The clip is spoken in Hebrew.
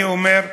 אני אומר: